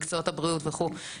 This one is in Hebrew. במקצועות הבריאות וכולי,